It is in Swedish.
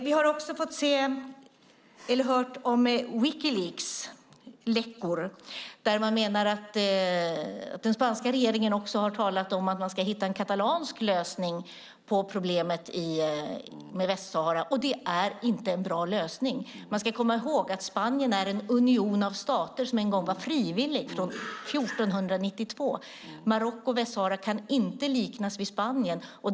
Vi har också hört om Wikileaks läckor där man menar att den spanska regeringen talat om att hitta en katalansk lösning på problemet med Västsahara. Det är inte en bra lösning. Vi ska komma ihåg att Spanien är en union av stater; det bildades av frivilliga stater 1491. Marocko och Västsahara kan inte liknas vid Spanien.